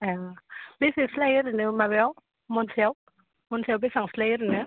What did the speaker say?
ए बेसेसो लायो ओरैनो माबायाव महनसेयाव महनसेयाव बेसेबांसो लायो ओरैनो